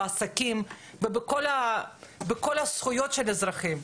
בעסקים ובכל הזכויות של אזרחים.